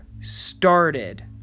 started